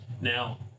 Now